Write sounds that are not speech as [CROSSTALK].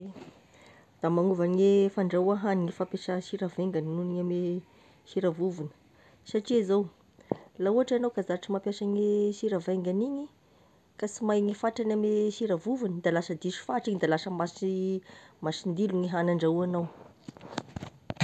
Da magnova gne fandrahoa hagniny ny fampiasa sira vaingany noho ny ame sira vovony, satria zao laha ohatry egnao ka zatra mampiasa gne sira vaingany igny ka sy mahay ny fatrany ame sira vovony, de lasa diso fatra igny, de lasa masi- [HESITATION] masindilo ny hagny andrahoagnao.